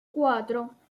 cuatro